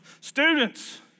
Students